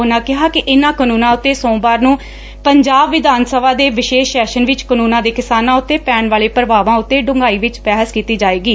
ਉਨਾਂ ਕਿਹਾ ਕਿ ਇਨਾਂ ਕਾਨੁੰਨਾਂ ਉਤੇ ਸੋਮਵਾਰ ਨੁੰ ਪੰਜਾਬ ਵਿਧਾਨ ਸਭਾ ਦੇ ਵਿਸ਼ੇਸ਼ ਸੈਸ਼ਨ ਵਿਚ ਕਾਨੁੰਨਾਂ ਦੇ ਕਿਸਾਨਾਂ ਉਤੇ ਪੈਣ ਵਾਲੇ ਪ੍ਰਭਾਵਾਂ ਉਤੇ ਡ੍ਰੈਂਘਾਈ ਵਿਚ ਬਹਿਸ ਕੀਤੀ ਜਾਵੇਗੀ